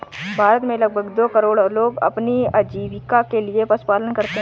भारत में लगभग दो करोड़ लोग अपनी आजीविका के लिए पशुपालन करते है